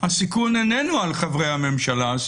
הסיכון איננו על חברי הממשלה,